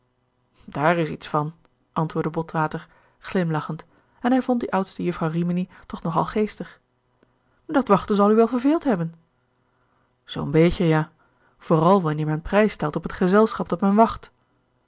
daar is iets van aan antwoordde botwater glimlachend en hij vond die oudste juffrouw rimini toch nog al geestig dat wachten zal u wel verveeld hebben zoo'n beetje ja vooral wanneer men prijs stelt op het gezelschap dat men wacht